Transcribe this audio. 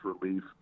relief